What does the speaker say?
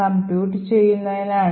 compute ചെയ്യുന്നതിനാണ്